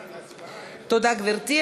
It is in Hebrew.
תודה, גברתי.